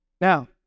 Now